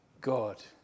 God